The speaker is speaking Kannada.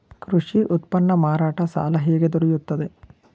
ಕೃಷಿ ಉತ್ಪನ್ನ ಮಾರಾಟ ಸಾಲ ಹೇಗೆ ದೊರೆಯುತ್ತದೆ?